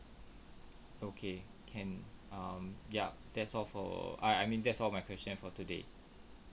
okay can um ya that's all for I I mean that's all my question for today